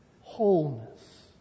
Wholeness